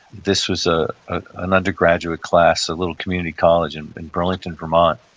this was ah ah an undergraduate class, a little community college and in burlington, vermont.